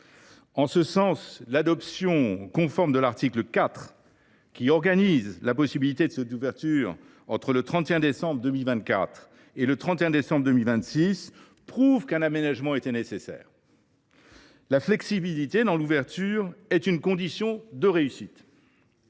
En ce sens, l’adoption conforme de l’article 4, qui organise la possibilité d’une mise en œuvre entre le 31 décembre 2024 et le 31 décembre 2026, prouve qu’un aménagement était nécessaire. La flexibilité dans l’ouverture à la concurrence est